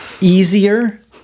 Easier